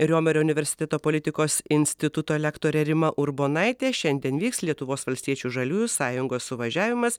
romerio universiteto politikos instituto lektorė rima urbonaitė šiandien vyks lietuvos valstiečių žaliųjų sąjungos suvažiavimas